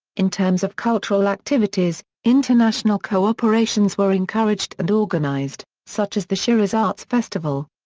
in terms of cultural activities, international cooperations were encouraged and organized, such as the shiraz arts festival.